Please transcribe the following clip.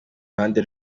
ruhande